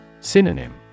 Synonym